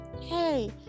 hey